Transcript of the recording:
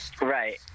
Right